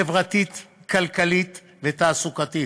החברתית, הכלכלית והתעסוקתית.